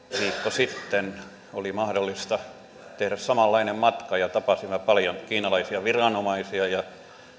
sitten mahdollista tehdä samanlainen matka tapasimme paljon kiinalaisia viranomaisia ja